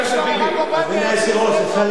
תציע שהרב עובדיה, אדוני היושב-ראש, אפשר להשיב?